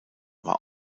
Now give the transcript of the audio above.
war